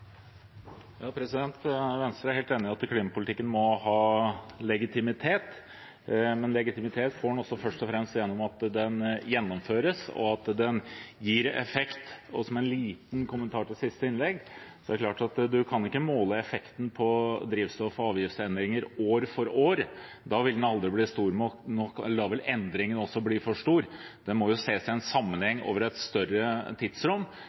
helt enig i at klimapolitikken må ha legitimitet, men legitimitet får den først og fremst gjennom at den gjennomføres, og at den gir effekt. En liten kommentar til siste innlegg: En kan ikke måle effekten av drivstoffavgiftsendringer år for år. Da vil den aldri bli stor nok, og da vil endringen også bli for stor. Dette må ses i sammenheng – over et lengre tidsrom